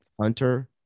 Hunter